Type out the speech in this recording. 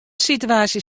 situaasje